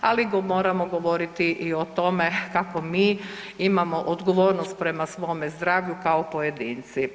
Ali moramo govoriti i o tome kako mi imamo odgovornost prema svome zdravlju kao pojedinci.